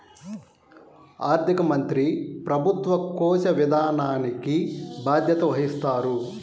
ఆర్థిక మంత్రి ప్రభుత్వ కోశ విధానానికి బాధ్యత వహిస్తారు